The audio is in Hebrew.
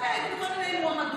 כשהייתי מציגה מועמדויות,